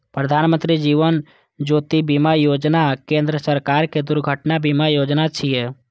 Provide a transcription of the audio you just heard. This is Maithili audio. प्रधानमत्री जीवन ज्योति बीमा योजना केंद्र सरकारक दुर्घटना बीमा योजना छियै